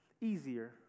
easier